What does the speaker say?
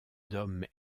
d’hommes